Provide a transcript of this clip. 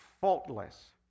faultless